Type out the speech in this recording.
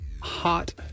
hot